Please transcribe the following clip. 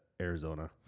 Arizona